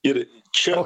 ir čia